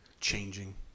Changing